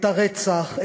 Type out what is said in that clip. את הרצח,